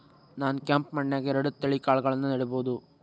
ನಾನ್ ಕೆಂಪ್ ಮಣ್ಣನ್ಯಾಗ್ ಎರಡ್ ತಳಿ ಕಾಳ್ಗಳನ್ನು ನೆಡಬೋದ?